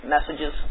Messages